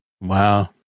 Wow